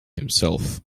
himself